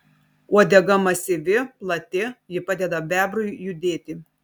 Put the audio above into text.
uodega masyvi plati ji padeda bebrui judėti